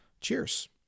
cheers